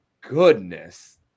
goodness